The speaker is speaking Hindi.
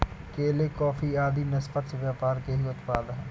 केले, कॉफी आदि निष्पक्ष व्यापार के ही उत्पाद हैं